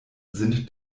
sind